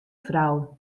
frou